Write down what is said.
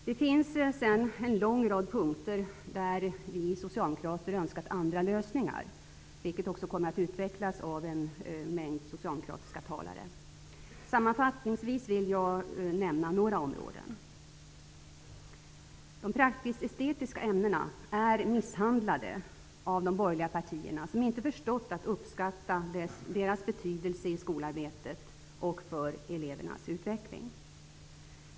Det finns sedan en lång rad punkter där vi socialdemokrater hade önskat andra lösningar, vilket också kommer att utvecklas av olika socialdemokratiska talare. Sammanfattningsvis vill jag nämna några områden. De praktisk-estetiska ämnena är misshandlade av de borgerliga partierna, som inte har förstått att uppskatta deras betydelse i skolarbetet och för elevens utveckling.